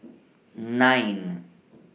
nine